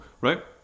right